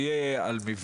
תהיה על מבנים.